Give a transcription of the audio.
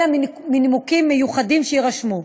אלא מנימוקים מיוחדים, שיירשמו.